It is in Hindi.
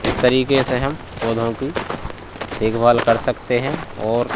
इस तरीक़े से हम पौधों की देखभाल कर सकते हैं और